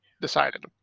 decided